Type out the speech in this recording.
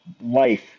life